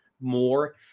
more